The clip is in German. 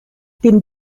bin